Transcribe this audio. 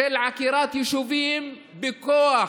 של עקירת יישובים בכוח